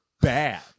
bad